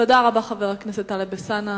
תודה רבה, חבר הכנסת טלב אלסאנע.